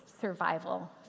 survival